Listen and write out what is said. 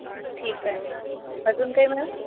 हा ठीक आहे अजून काही मॅडम